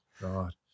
God